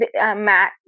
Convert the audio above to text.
Matt